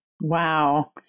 Wow